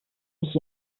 sich